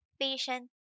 patient